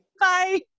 Bye